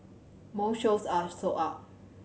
most shows are sold out